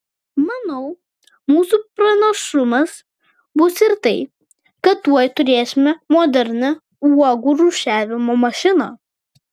manau mūsų pranašumas bus ir tai kad tuoj turėsime modernią uogų rūšiavimo mašiną